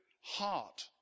heart